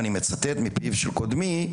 ואני מצטט מפיו של קודמי,